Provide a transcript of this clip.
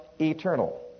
eternal